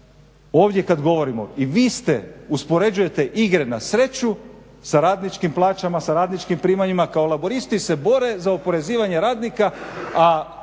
Ovdje kad govorimo i vi ste, uspoređujete igre na sreću sa radničkim plaćama, sa radničkim primanjima, kao Laburisti se bore za oporezivanje radnika, a